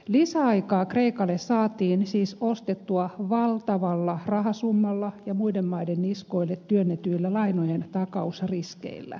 lisäaikaa kreikalle saatiin siis ostettua valtavalla rahasummalla ja muiden maiden niskoille työnnetyillä lainojen takausriskeillä